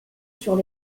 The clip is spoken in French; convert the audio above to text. sur